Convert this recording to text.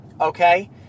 okay